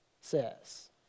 says